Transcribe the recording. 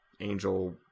angel